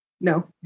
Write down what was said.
No